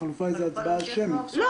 חלופה זה הצבעה שמית, נכון?